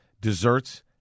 desserts